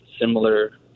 similar